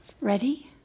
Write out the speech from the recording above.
ready